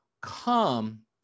come